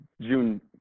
June